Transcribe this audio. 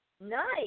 Nice